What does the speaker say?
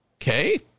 Okay